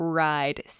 ride